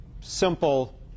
simple